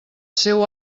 seu